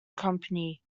company